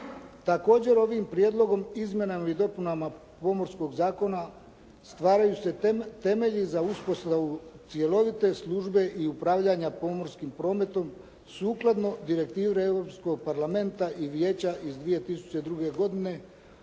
Također ovim prijedlogom izmjenama i dopunama Pomorskog zakona stvaraju se temelji za uspostavu cjelovite službe i upravljanja pomorskim prometom sukladno direktivi Europskog parlamenta i vijeća iz 2002. godine